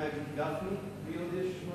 מה יגיד גפני ומי עוד?